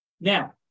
Now